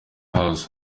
house